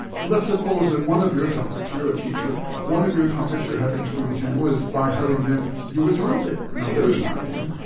and let's suppose that one of your topics you're a teacher one of your topics you're having students handle is by having them do a term paper. now, there's an idea.